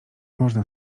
można